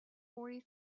fourty